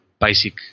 Basic